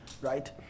right